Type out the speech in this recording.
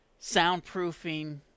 soundproofing